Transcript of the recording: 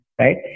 Right